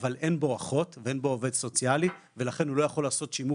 אבל אין בו אחות ואין עו"ס ולכן הוא לא יכול לעשות שימור